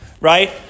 right